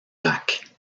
lac